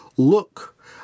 Look